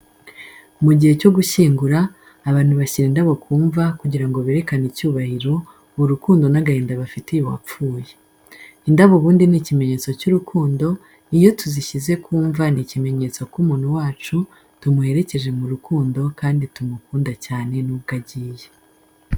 Mu gihe cyo gushyingura, abantu bashyira indabo ku mva kugira ngo berekane icyubahiro, urukundo n’agahinda bafitiye uwapfuye. Indabo ubundi ni ikimenyetso cy’urukundo, iyo tuzishyize ku mva ni ikimenyetso ko umuntu wacu tumuherekeje mu rukundo kandi tumukunda cyane nubwo agiye.